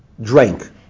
drank